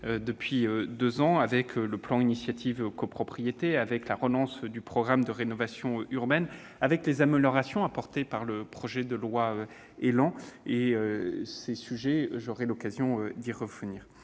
depuis deux ans avec le plan « Initiative copropriétés », la relance du programme de rénovation urbaine ou les améliorations apportées par le projet de loi ÉLAN, autant de sujets sur lesquels j'aurai l'occasion de revenir.